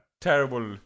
Terrible